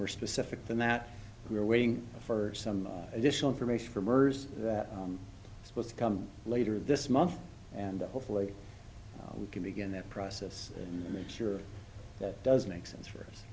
more specific than that we're waiting for some additional information for mers that i'm supposed to come later this month and hopefully we can begin that process and make sure that doesn't make sense for us